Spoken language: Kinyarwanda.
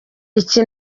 iki